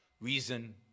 reason